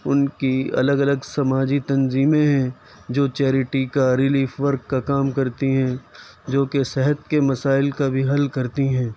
ان کی الگ الگ سماجی تنظیمیں ہیں جو چیریٹی کا ریلیف ورک کا کام کرتی ہیں جو کہ صحت کے مسائل کا بھی حل کرتی ہیں